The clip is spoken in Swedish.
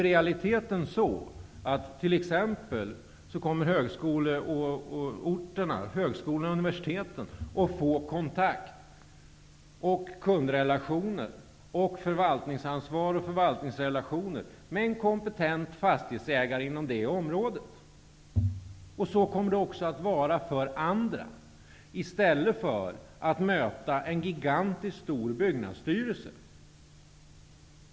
I realiteten innebär detta exempelvis att högskolorna och universiteten kommer att få kontakt, kundrelationer, förvaltningsansvar och förvaltningsrelationer med en kompetent fastighetsägare inom det området. Så kommer det också att vara för andra. I stället för att möta en gigantiskt stor byggnadsstyrelse kommer de alltså att få kontakt med en kompetent fastighetsägare.